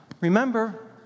Remember